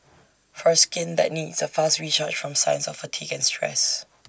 for skin that needs A fast recharge from signs of fatigue and stress